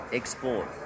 export